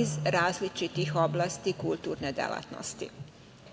iz različitih oblasti kulturne delatnosti.